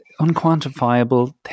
unquantifiable